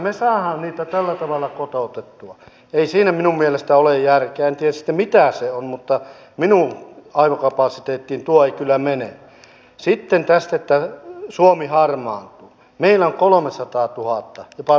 kun on otettu jo etukäteisesti huomioon kun varhaiskasvatuksesta on ajateltu resurssitarpeen vähenevän useampi tuhat ihmistä niin tämä on jo kuitattu pois kuntien valtionosuuksista koska se on kirjattu sinne sisälle